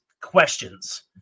questions